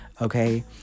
okay